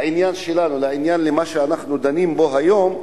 לעניין שלנו, לעניין שאנחנו דנים בו היום,